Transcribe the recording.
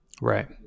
Right